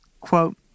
Quote